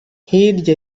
hirya